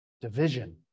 division